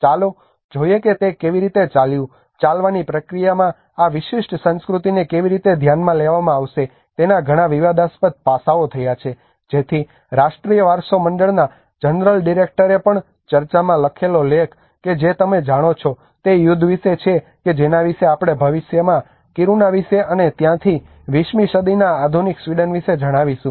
ચાલો જોઈએ કે તે કેવી રીતે ચાલ્યું અને ચાલવાની પ્રક્રિયામાં આ વિશિષ્ટ સંસ્કૃતિને કેવી રીતે ધ્યાનમાં લેવામાં આવશે તેના ઘણા વિવાદાસ્પદ પાસાઓ થયા છે જેથી રાષ્ટ્રીય વારસો મંડળના જનરલ ડિરેક્ટરએ પણ ચર્ચામાં લખેલો લેખ કે જે તમે જાણો છો તે યુદ્ધ વિશે છે કે જેના વિશે આપણે ભવિષ્યમાં કિરુના વિશે અને ત્યાંથી 20 મી સદીના આધુનિક સ્વીડન વિશે જણાવીશું